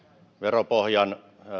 veropohjan